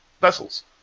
vessels